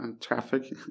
traffic